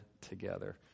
together